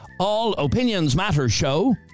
allopinionsmattershow